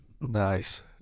Nice